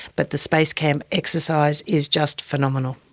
but the space camp exercise is just phenomenal.